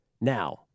Now